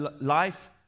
life